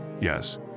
yes